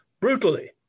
brutally